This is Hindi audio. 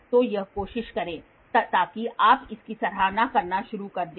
तो यह कोशिश करें ताकि आप इसकी सराहना करना शुरू कर दें